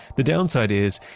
the downside is,